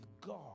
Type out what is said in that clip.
God